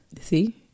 See